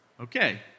Okay